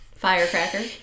Firecracker